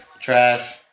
Trash